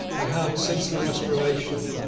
they had, since the restoration,